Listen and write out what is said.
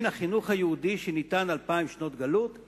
החינוך היהודי שניתן אלפיים שנות גלות,